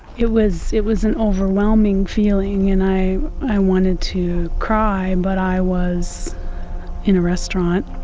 it was it was an overwhelming feeling and i i wanted to cry. but i was in a restaurant